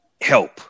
help